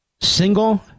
single